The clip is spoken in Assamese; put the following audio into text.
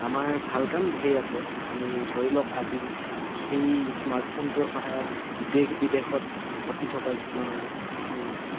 আমাৰ ভাল কাম ধেৰ আছে আমি ধৰি লওক আজি সেই স্মাৰ্টফোনটোৰ সহায়ত দেশ বিদেশত ঘটি থকা কিছুমান